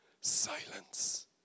Silence